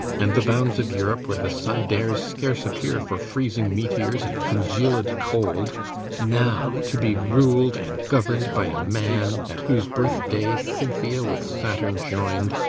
and the bounds of europe where the sun dares scarce appear for freezing meteors and congealed cold now to be rul'd and govern'd by a man at whose birth-day cynthia with saturn join'd,